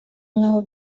nk’aho